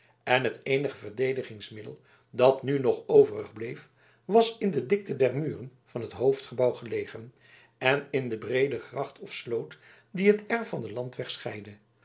en het eenige verdedigingsmiddel dat nu nog overig bleef was in de dikte der muren van het hoofdgebouw gelegen en in de breede gracht of sloot die het erf van den landweg scheidde